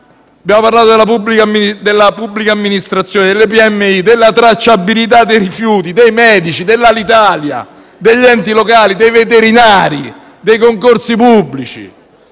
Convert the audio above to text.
Abbiamo parlato della pubblica amministrazione, delle PMI, della tracciabilità dei rifiuti, dei medici, dell'Alitalia, degli enti locali, dei veterinari, dei concorsi pubblici.